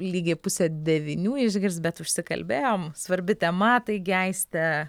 lygiai pusę devynių išgirst bet užsikalbėjom svarbi tema taigi aiste